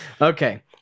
okay